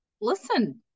listen